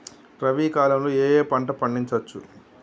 రబీ కాలంలో ఏ ఏ పంట పండించచ్చు?